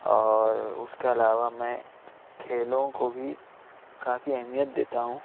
اور اس کے علاوہ میں کھیلوں کو بھی کافی اہمیت دیتا ہوں